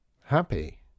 Happy